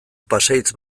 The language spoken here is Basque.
pasahitz